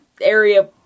area